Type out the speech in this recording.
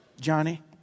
Johnny